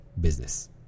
business